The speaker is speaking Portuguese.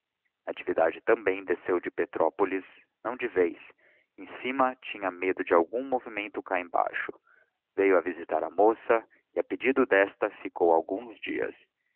natividade também desceu de petrópolis não de vez em cima tinham medo de algum movimento cá embaixo veio a visitar a moça e a pedido desta ficou alguns dias